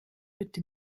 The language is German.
bitte